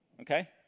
Okay